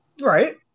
Right